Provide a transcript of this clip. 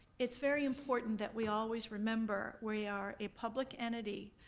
it's very important that we always remember, we are a public entity.